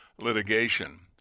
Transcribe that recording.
litigation